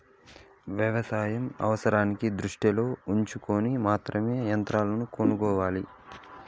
వ్యవసాయ అవసరాన్ని దృష్టిలో ఉంచుకొని మాత్రమే యంత్రాలను కొనుక్కోవాలి